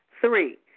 Three